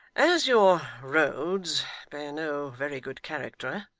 as your roads bear no very good character,